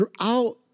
throughout